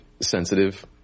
sensitive